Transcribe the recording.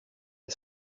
des